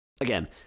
again